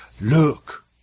look